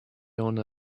owner